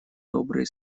добрые